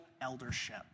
eldership